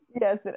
Yes